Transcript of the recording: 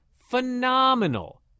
phenomenal